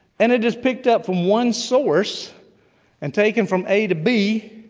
and it is picked up from one source and taken from a to b,